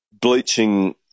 bleaching